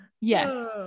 Yes